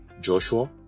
joshua